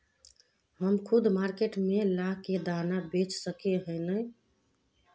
हम खुद मार्केट में ला के दाना बेच सके है नय?